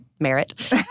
merit